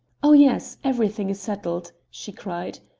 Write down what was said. oh, yes, everything is settled, she cried.